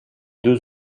deux